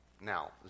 Now